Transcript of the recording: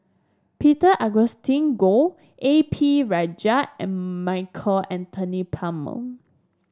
Peter Augustine Goh A P Rajah and Michael Anthony Palmer